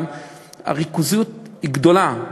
הריכוזיות היא גדולה,